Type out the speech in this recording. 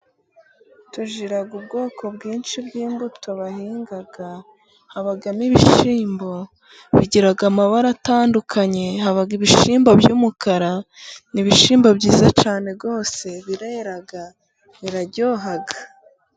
Tugira ubwoko bwinshi bw' imbuto bahinga habamo: ibishyimbo bigira amabara atandukanye, haba ibishyimbo by' umukara ni ibishyimbo byiza cyane rwose birera biraryoha.